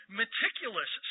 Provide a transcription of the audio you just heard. meticulous